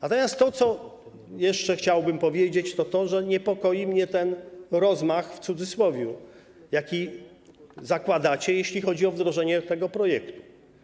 Natomiast to, co jeszcze chciałbym powiedzieć, dotyczy tego, że niepokoi mnie ten rozmach, w cudzysłowie, jaki zakładacie, jeśli chodzi o wdrożenie tego projektu.